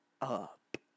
up